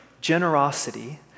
Generosity